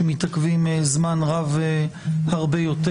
שמתעכבים זמן רב הרבה יותר.